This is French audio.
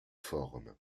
forme